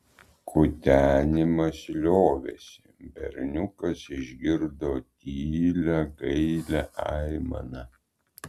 kutenimas liovėsi berniukas išgirdo tylią gailią aimaną